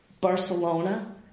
Barcelona